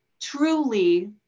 truly